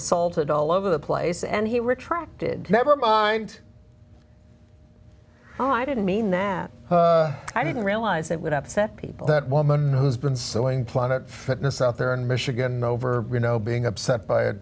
assaulted all over the place and he retracted never mind oh i didn't mean that i didn't realize it would upset people that woman who's been sewing planet fitness out there in michigan over you know being upset by a